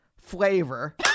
flavor